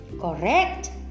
Correct